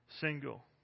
single